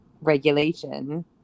regulation